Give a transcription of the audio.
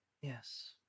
Yes